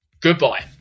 goodbye